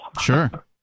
Sure